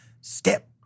step